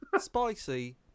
spicy